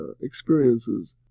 experiences